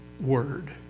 word